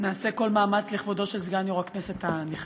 נעשה כל מאמץ, לכבודו של סגן יו"ר הכנסת הנכנס.